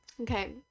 Okay